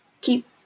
keep